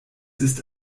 ist